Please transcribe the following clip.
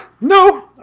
No